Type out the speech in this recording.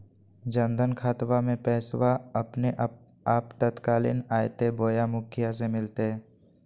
जन धन खाताबा में पैसबा अपने आपातकालीन आयते बोया मुखिया से मिलते?